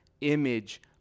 image